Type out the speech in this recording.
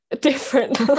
different